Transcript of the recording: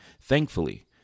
Thankfully